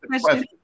question